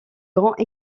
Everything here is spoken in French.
grands